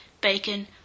bacon